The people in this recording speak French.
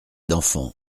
d’enfants